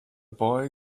boy